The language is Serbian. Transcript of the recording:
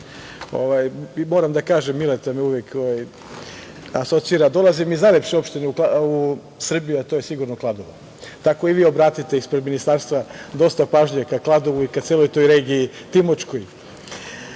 moram da kažem, Mileta me uvek asocira. Dolazim iz najlepše opštine u Srbiji, a to je sigurno Kladovo. Tako i vi obratite, ispred ministar dosta pažnje ka Kladovu i ka celoj toj regiji Timočkoj. Danas